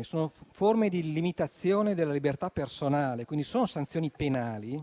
sono forme di limitazione della libertà personale, quindi sono sanzioni penali.